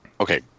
okay